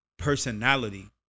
personality